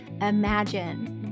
Imagine